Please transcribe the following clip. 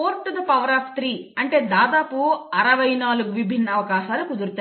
4³ అంటే దాదాపు 64 విభిన్న అవకాశాలు కుదురుతాయి